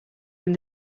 from